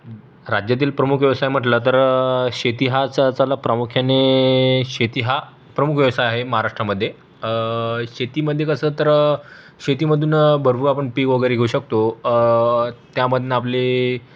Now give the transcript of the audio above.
राज्यातील प्रमुख व्यवसाय म्हटला तर शेती हाच आजच्याला प्रामुख्याने शेती हा प्रमुख व्यवसाय आहे महाराष्ट्रामध्ये शेतीमध्ये कसं तर शेतीमधून आपण भरपूर पीक वगैरे घेऊ शकतो त्यामधून आपले